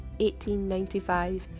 1895